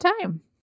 time